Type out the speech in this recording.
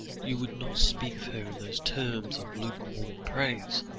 you would not speak of her in those terms of lukewarm praise.